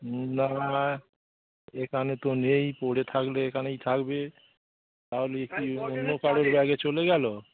না না এখানে তো নেই পড়ে থাকলে এখানেই থাকবে তাহলে একটু অন্য কারোর ব্যাগে চলে গেলো